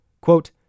Quote